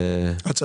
מי בעד?